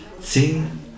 sing